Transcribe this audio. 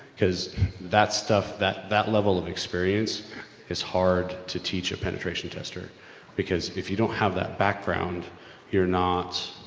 cause that stuff, that, that level of experience is hard to teach a penetration tester because if you don't have that background you're not,